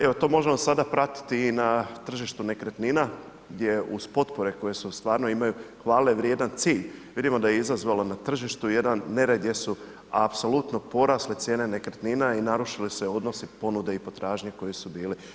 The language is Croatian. Evo to možemo sada pratiti i na tržištu nekretnina gdje uz potpore koje su stvarno imaju hvale vrijedan cilj, vidimo da je izazvalo na tržištu jedan nered gdje su apsolutno porasle cijene nekretnina i narušili se odnosi ponude i potražnje koje su bili.